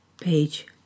page